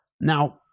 now